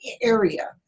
area